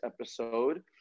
episode